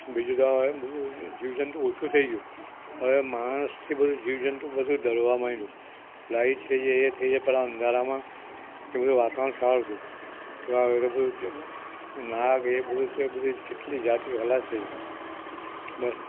બીજું તો હવે બધુ જીવજંતુ ઓછું થઈ ગયું હવે માણસથી બધુ જીવજંતુ બધું ડરવા માંડ્યું લાઇટ થઈ જાય એ થઈ પણ પહેલાં અંધારામાં એ બધું વાતાવરણ સારું હતું હવે તો બધું જ નાગ એ બધું તે બધી કેટલી જાતિઓ ખલાસ થઈ ગઈ બસ